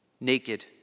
naked